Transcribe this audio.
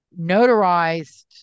notarized